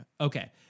okay